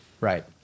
Right